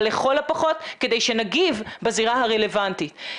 אבל לכל הפחות כדי שנגיב בזירה הרלוונטית.